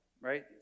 right